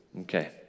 Okay